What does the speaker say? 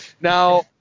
Now